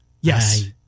yes